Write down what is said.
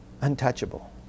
Untouchable